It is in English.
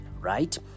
right